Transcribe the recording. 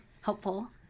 helpful